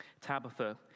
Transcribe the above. Tabitha